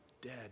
dead